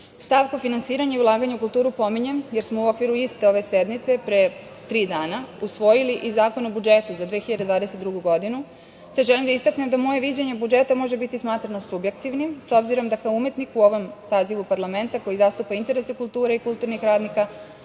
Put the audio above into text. finansiranje i ulaganje u kulturu pominjem jer smo u okviru iste ove sednice pre tri dana usvojili i Zakon o budžetu za 2022. godinu, te želim da istaknem da moje viđenje budžeta može biti smatrano subjektivnim s obzirom da kao umetnik u ovom sazivu parlamenta koji zastupa interese kulture i kulturnih radnika